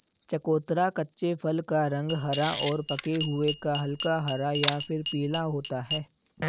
चकोतरा कच्चे फल का रंग हरा और पके हुए का हल्का हरा या फिर पीला होता है